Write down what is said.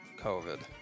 COVID